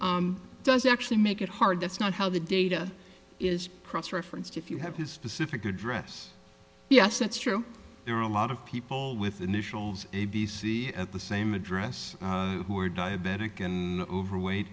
does actually make it hard that's not how the data is cross referenced if you have his specific address yes it's true there are a lot of people with initials a b c at the same address who are diabetic and overweight